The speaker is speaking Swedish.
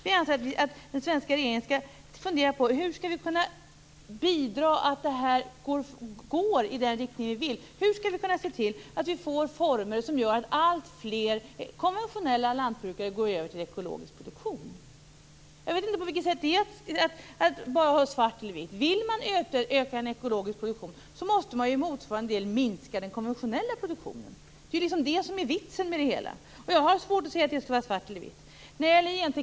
Vi anser att den svenska regeringen skall fundera på hur vi skall kunna bidra till att det här går i den riktning vi vill. Hur skall vi kunna se till att vi får former som gör att alltfler konventionella lantbrukare går över till ekologisk produktion? Jag vet inte på vilket sätt det innebär att bara se i svart eller vitt. Vill man öka den ekologiska produktionen måste man ju i motsvarande del minska den konventionella produktionen. Det är ju det som är vitsen med det hela. Jag har svårt att se att det skulle vara att se i svart eller vitt.